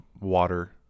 water